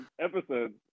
episodes